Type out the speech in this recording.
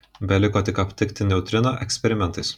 beliko tik aptikti neutriną eksperimentais